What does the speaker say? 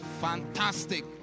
Fantastic